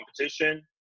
competition